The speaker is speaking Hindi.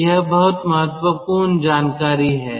तो यह बहुत महत्वपूर्ण जानकारी है